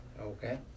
Okay